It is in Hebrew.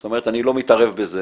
זאת אומרת אני לא מתערב בזה,